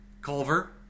Culver